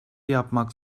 yapmak